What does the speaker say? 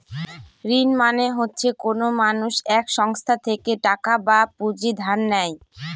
ঋণ মানে হচ্ছে কোনো মানুষ এক সংস্থা থেকে টাকা বা পুঁজি ধার নেয়